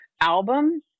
album